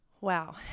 Wow